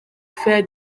faire